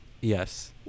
yes